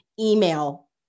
email